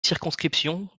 circonscription